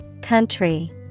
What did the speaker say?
Country